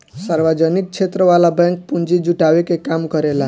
सार्वजनिक क्षेत्र वाला बैंक पूंजी जुटावे के काम करेला